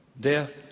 Death